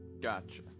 gotcha